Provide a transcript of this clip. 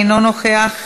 אינו נוכח,